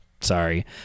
sorry